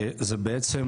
זה בעצם,